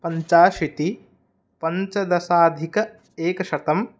पञ्चाशीतिः पञ्चदशाधिक एकशतम्